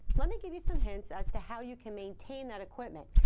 let me give you some hints as to how you can maintain that equipment.